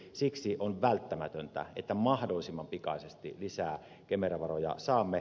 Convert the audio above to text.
siksi on välttämätöntä että mahdollisimman pikaisesti lisää kemera varoja saamme